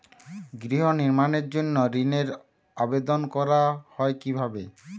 গৃহ নির্মাণের জন্য ঋণের আবেদন করা হয় কিভাবে?